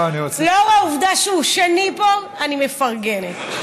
לאור העובדה שהוא שני פה, אני מפרגנת.